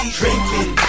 drinking